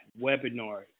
webinar